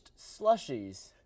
slushies